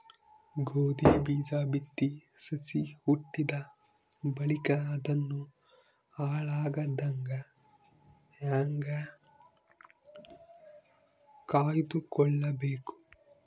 ಗೋಧಿ ಬೀಜ ಬಿತ್ತಿ ಸಸಿ ಹುಟ್ಟಿದ ಬಳಿಕ ಅದನ್ನು ಹಾಳಾಗದಂಗ ಹೇಂಗ ಕಾಯ್ದುಕೊಳಬೇಕು?